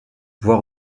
voir